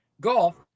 Golf